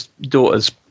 daughter's